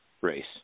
race